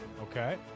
Okay